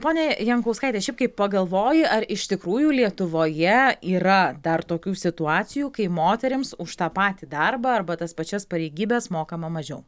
ponia jankauskaite šiaip kai pagalvoji ar iš tikrųjų lietuvoje yra dar tokių situacijų kai moterims už tą patį darbą arba tas pačias pareigybes mokama mažiau